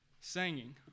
Singing